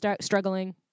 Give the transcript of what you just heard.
struggling